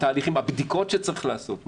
הבדיקות שצריך לעשות,